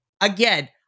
again